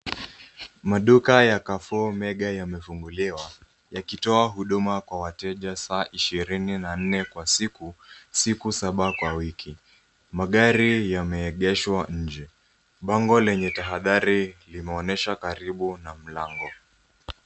Maduka ya Carrefour Mega yamefunguliwa, yakitoa huduma kwa wateja saa 24 kwa siku, siku saba kwa wiki. Magari yameegeshwa nje. Bango lenye tahadhari limeonyeshwa karibu na mlango.